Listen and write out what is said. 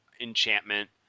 enchantment